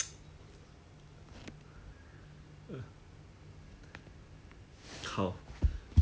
!aiya! so anyway 你去想 lah 你要吃什么 I also maybe 我吃 kaya 面包 lor